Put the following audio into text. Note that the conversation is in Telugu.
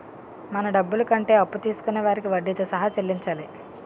మన డబ్బులు కంటే అప్పు తీసుకొనే వారికి వడ్డీతో సహా చెల్లించాలి